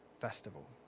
festival